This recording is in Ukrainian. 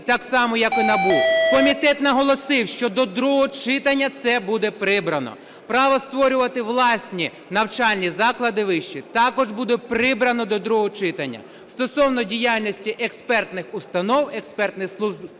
так само, як у НАБУ. Комітет наголосив, що до другого читання це буде прибрано. Право створювати власні навчальні заклади вищі також буде прибрано до другого читання. Стосовно діяльності експертних установ, експертних служб,